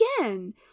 again